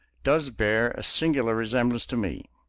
does bear a singular resemblance to me.